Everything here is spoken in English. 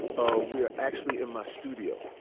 ah we are actually in my studio,